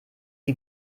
sie